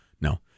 no